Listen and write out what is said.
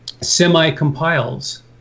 semi-compiles